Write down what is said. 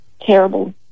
terrible